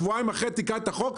שבועיים אחרי זה תיקנה את החוק,